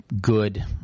good